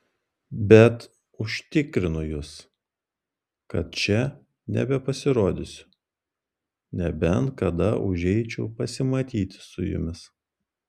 bet užtikrinu jus kad čia nebepasirodysiu nebent kada užeičiau pasimatyti su jumis